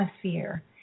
atmosphere